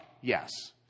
yes